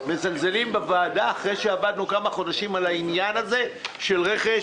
מזלזלים בוועדה אחרי שעבדנו כמה חודשים על העניין הזה של רכש